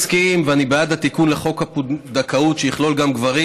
מסכים ואני בעד התיקון לחוק הפונדקאות שיכלול גם גברים.